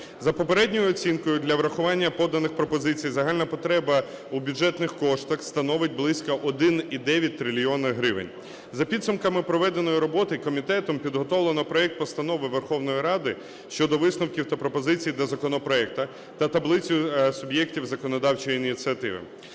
За попередньою оцінкою для врахування поданих пропозицій загальна потреба у бюджетних коштах становить близько 1,9 трильйони гривень. За підсумками проведеної роботи комітетом підготовлено проект Постанови Верховної Ради щодо висновків та пропозицій до законопроекту та таблицю суб'єктів законодавчої ініціативи.